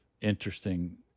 interesting